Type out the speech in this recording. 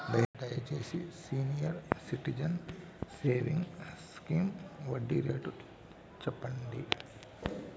దయచేసి senior citizens savings scheme వడ్డీ rate సెప్పండి